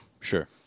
Sure